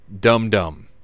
dum-dum